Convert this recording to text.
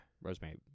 Rosemary